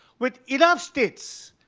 with enough states,